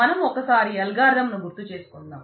మనం ఒక్కసారి అల్గారిథం ను గుర్తు చేస్తుకుందాం